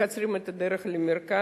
שמקצרים את הדרך למרכז.